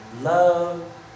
Love